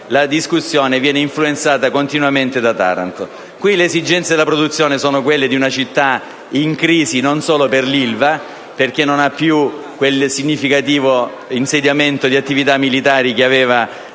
la discussione viene influenzata continuamente dalla vicenda di Taranto. Qui le esigenze della produzione sono quelle di una città in crisi e non solo per l'Ilva, perché essa non ha più quel significativo insediamento di attività militari che aveva